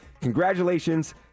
Congratulations